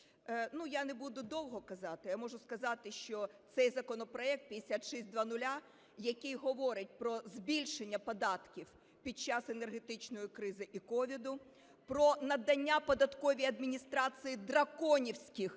Я не буду довго казати. Я можу сказати, що цей законопроект, 5600, який говорить про збільшення податків під час енергетичної кризи і COVID, про надання податковій адміністрації драконівських